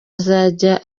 azajya